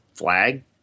flag